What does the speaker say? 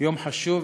יום חשוב,